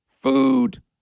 food